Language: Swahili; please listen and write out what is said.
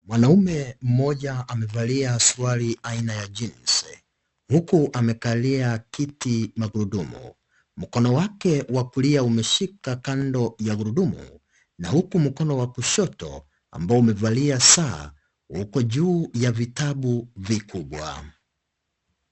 Mwanaume mmoja amevalia suruali aina ya jeans huku amekalia kiti magurudumu mkono wake wa kulia umeshika kando ya gurudumu na huku mkono wa kushoto ambao umevalia saa uko juu ya vitabu vikubwa.